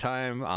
Time